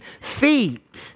feet